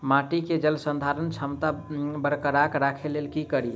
माटि केँ जलसंधारण क्षमता बरकरार राखै लेल की कड़ी?